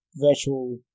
virtual